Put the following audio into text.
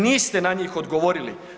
Niste na njih odgovorili.